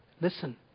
Listen